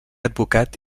advocat